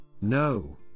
No